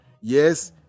Yes